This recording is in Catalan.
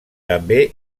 també